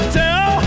tell